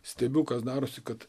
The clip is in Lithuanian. stebiu kas darosi kad